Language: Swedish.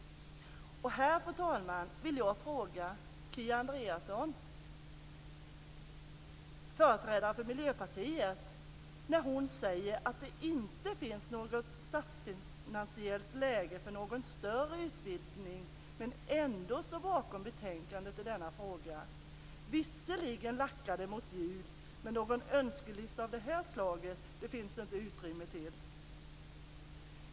Här, fru talman, säger Kia Andreasson, företrädaren för Miljöpartiet, att det inte finns något statsfinansiellt läge för någon större utvidgning, men hon står ändå bakom betänkandet i denna fråga. Visserligen lackar det mot jul, men en önskelista av det här slaget finns det inte utrymme för.